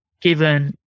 given